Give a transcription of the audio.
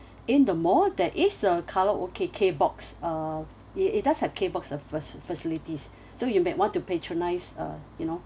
in the mall there is a karaoke K box err it it does have K box uh faci~ facilities so you might want to patronise uh you know